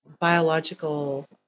biological